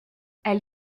elle